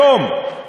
היום,